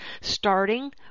starting